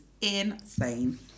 insane